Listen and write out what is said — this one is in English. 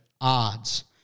odds